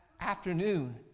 afternoon